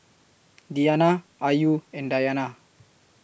Diyana Ayu and Dayana